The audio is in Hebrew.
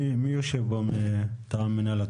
מי נמצא כאן מטעמם?